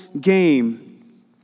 game